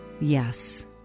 yes